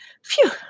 Phew